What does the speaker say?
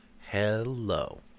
Hello